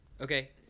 Okay